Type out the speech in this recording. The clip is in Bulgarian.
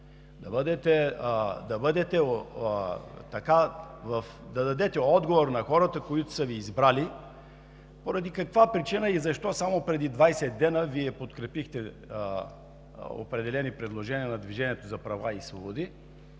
да дадете отговор на хората, които са Ви избрали, поради каква причина и защо само преди 20 дни Вие подкрепихте определени предложения на „Движението за права и свободи“